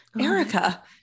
Erica